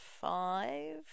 five